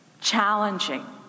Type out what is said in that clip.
Challenging